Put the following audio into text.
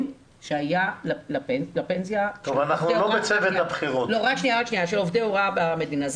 שהיה לפנסיה של עובדי הוראה במדינה.